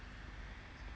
doctor stone